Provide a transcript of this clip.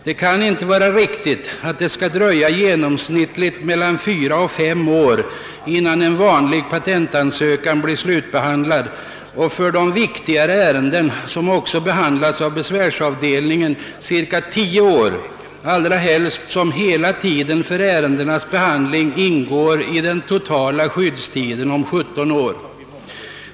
Det kan inte vara riktigt att det skall dröja genomsnittligt mellan fyra och fem år innan en vanlig patentansökan blir slutbehandlad och för de viktigare ärenden, som också behandlas av besvärsavdelningen, cirka tio år, allra helst som hela tiden för ärendenas behandling ingår i den totala skyddstiden om 17 år.